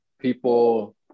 people